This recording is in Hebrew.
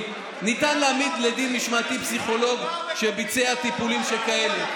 ניתן להעמיד לדין משמעתי פסיכולוג שביצע טיפולים שכאלה.